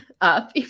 up